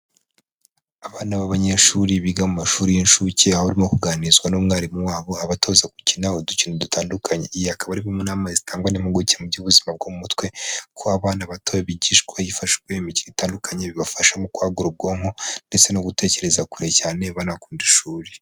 Abana b'abanyeshuri biga mu mashuri y'inshuke aho barimo kuganirizwa n'umwarimu wabo abatoza gukina udukino dutandukanye, iyi akaba ari imwe mu nama zitangwa n'impuguke mu by'ubuzima bwo mu mutwe kw' abana bato bigishwa hifashishijwe imikino itandukanye bibafasha mu kwagura ubwonko, ndetse no gutekereza kure cyane banakunda ishuri.